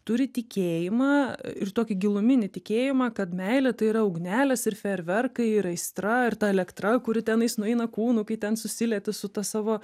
turi tikėjimą ir tokį giluminį įtikėjimą kad meilė tai yra ugnelės ir fejerverkai ir aistra ir ta elektra kuri tenais nueina kūnu kai ten susilieti su ta savo